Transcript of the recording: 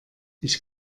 ich